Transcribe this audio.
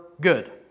good